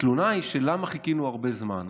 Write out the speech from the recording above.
התלונה היא: למה חיכינו הרבה זמן.